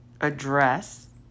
address